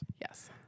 yes